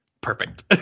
Perfect